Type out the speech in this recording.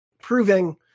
proving